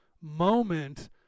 moment